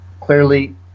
clearly